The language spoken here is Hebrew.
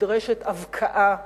נדרשת הבקעה מדינית.